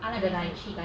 I like their friendship